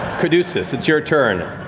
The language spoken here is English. caduceus, it's your turn.